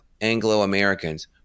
Anglo-Americans